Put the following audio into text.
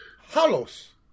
halos